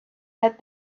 had